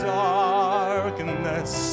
darkness